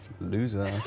Loser